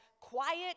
quiet